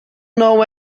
know